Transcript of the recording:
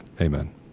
amen